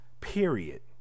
period